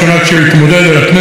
בכנסת השישית,